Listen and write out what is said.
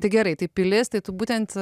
tai gerai tai pilis tai tu būtent